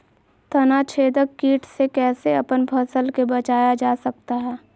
तनाछेदक किट से कैसे अपन फसल के बचाया जा सकता हैं?